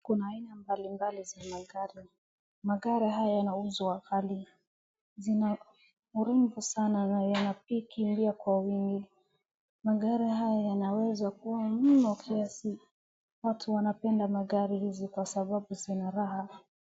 Kuna aina mbalimbali za magari. Magari haya yanauzwa ghali. Zina urimvu sana na yanakimbia kwa wingi. Magari haya yanaweza kuwa mno kiasi. Watu wanapenda magari hizi kwa sababu zina raha.